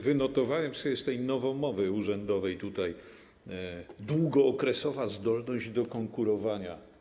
Wynotowałem sobie z tej nowomowy urzędowej: długookresowa zdolność do konkurowania.